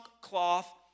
cloth